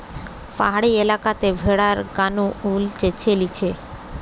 পাহাড়ি এলাকাতে ভেড়ার গা নু উল চেঁছে লিছে